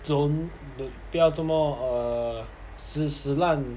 don't 不要这么 err 死死烂